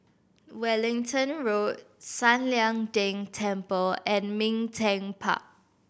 Wellington Road San Lian Deng Temple and Ming Teck Park